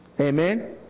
Amen